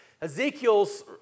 Ezekiel's